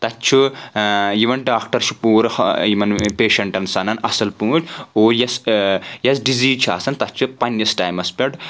تَتھۍ چھُ یِوان ڈاکٹر چھُ پوٗرٕ یِمَن پَیشَنٛٹَن سنان اَصٕل پٲٹھۍ اور یۄس ڈزیٖز چھِ آسان تتَھ چھِ پننِس ٹایمس پؠٹھ